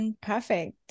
Perfect